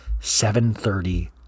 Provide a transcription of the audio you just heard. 7.30